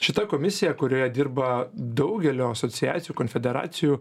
šita komisija kurioje dirba daugelio asociacijų konfederacijų